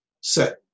set